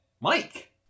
Mike